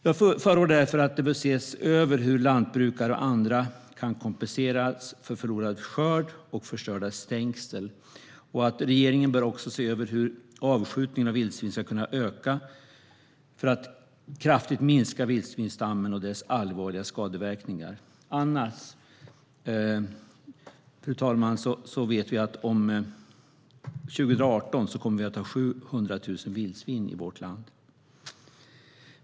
Jag förordar därför att det bör ses över hur lantbrukare och andra kan kompenseras för förlorad skörd och förstörda stängsel och att regeringen bör se över hur avskjutningen av vildsvin ska kunna öka för att kraftigt minska vildsvinsstammen och dess allvarliga skadeverkningar. Annars, fru talman, vet vi att vi kommer att ha 700 000 vildsvin i vårt land 2018.